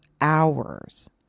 hours